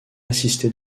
assisté